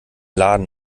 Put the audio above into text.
laden